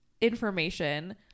information